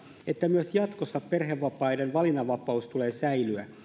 että myös jatkossa perhevapaiden valinnanvapaus tulee säilyä